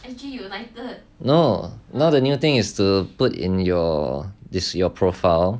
no now the new thing is to put in your profile